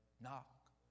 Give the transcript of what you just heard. Knock